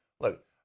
look